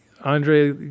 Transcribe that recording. Andre